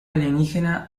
alienígena